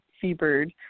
seabird